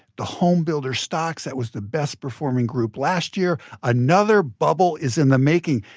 the homebuilder stocks that was the best performing group last year. another bubble is in the making.